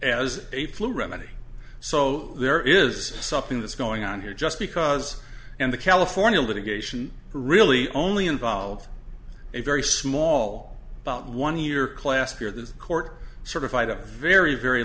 as a flu remedy so there is something that's going on here just because and the california litigation really only involves a very small about one year class here the court sort of fight a very very